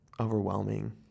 overwhelming